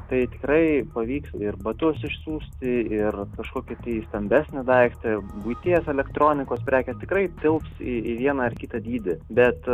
tai tikrai pavyks ir batus išsiųsti ir kažkokį tai stambesnį daiktą ir buities elektronikos prekę tikrai tilps į į vieną ar kitą dydį bet